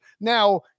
Now